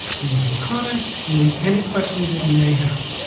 where you can comment and leave any questions that you may have.